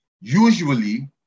Usually